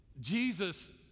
Jesus